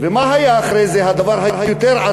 ומה היה אחרי זה הדבר היותר-עצוב?